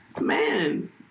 man